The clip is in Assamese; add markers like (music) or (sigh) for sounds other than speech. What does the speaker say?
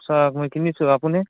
(unintelligible) মই কিনিছোঁ আপুনি